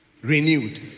renewed